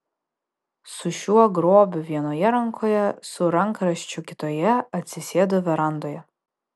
su šiuo grobiu vienoje rankoje su rankraščiu kitoje atsisėdo verandoje